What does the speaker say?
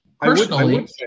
personally